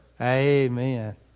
Amen